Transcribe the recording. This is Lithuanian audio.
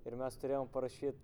ir mes turėjom parašyt